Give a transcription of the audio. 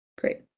Great